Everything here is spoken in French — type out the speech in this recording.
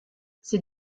ces